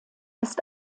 ist